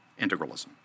integralism